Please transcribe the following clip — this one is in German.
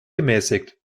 gemäßigt